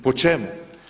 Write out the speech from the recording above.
Po čemu?